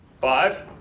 Five